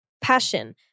Passion